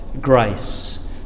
grace